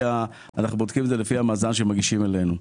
אנחנו בודקים את זה לפי המאזן שמגישים לנו.